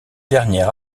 dernière